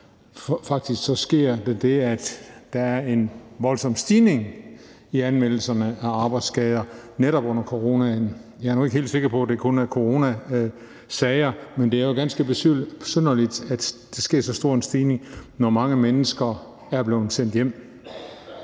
Faktisk sker der det, at der er en voldsom stigning i antallet af anmeldelser af arbejdsskader netop under coronaen. Jeg er nu ikke helt sikker på, at det kun er coronasager, men det er jo ganske besynderligt, at der sker så stor en stigning, når mange mennesker er blevet sendt hjem.